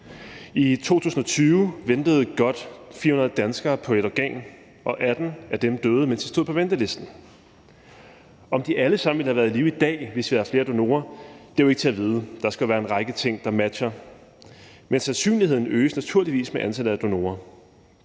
I 2020 ventede godt 400 danskere på et organ, og 18 af dem døde, mens de stod på ventelisten. Om de alle sammen ville have været i live i dag, hvis vi havde haft flere donorer, er jo ikke til at vide – der skal jo være en række ting, der matcher – men sandsynligheden øges naturligvis med antallet af donorer.